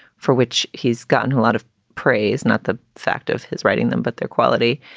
for which he's gotten a lot of praise, not the fact of his writing them, but their quality,